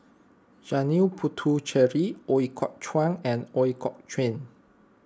Janil Puthucheary Ooi Kok Chuen and Ooi Kok Chuen